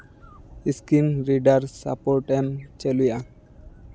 screen readers support ᱮᱢ ᱪᱟᱹᱞᱩᱭᱟ